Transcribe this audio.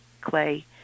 clay